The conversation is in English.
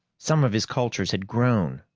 some of his cultures had grown,